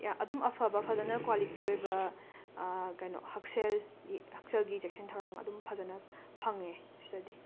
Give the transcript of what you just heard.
ꯑꯗꯨꯝ ꯑꯐꯕ ꯐꯖꯅ ꯀ꯭ꯋꯥꯂꯤꯇꯤ ꯑꯣꯏꯕ ꯀꯩꯅꯣ ꯍꯛꯁꯦꯜꯒꯤ ꯍꯛꯁꯦꯜꯒꯤ ꯆꯦꯛꯁꯤꯟ ꯊꯧꯔꯥꯡ ꯑꯗꯨꯝ ꯐꯖꯅ ꯐꯪꯉꯦ ꯁꯤꯗꯗꯤ